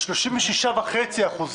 ל-36.5%